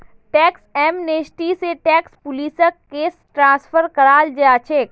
tax amnesty स tax पुलिसक case transfer कराल जा छेक